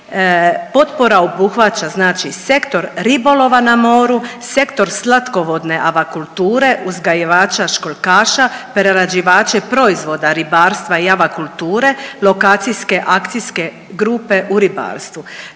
potpora obuhvaća znači sektor ribolova na moru, sektor slatkovodne avakulture uzgajivača školjkaša, prerađivača i proizvoda ribarstva i avakulture, lokacijske akcijske grupe u ribarstvu.